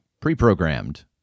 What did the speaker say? Pre-programmed